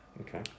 Okay